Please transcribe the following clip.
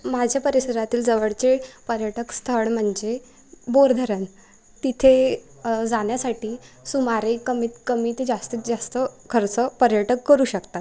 माझ्या परिसरातील जवळचे पर्यटक स्थळ म्हणजे बोरधरण तिथे जाण्यासाठी सुमारे कमीत कमी ते जास्तीत जास्त खर्च पर्यटक करू शकतात